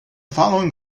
following